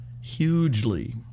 hugely